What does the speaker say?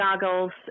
goggles